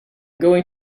going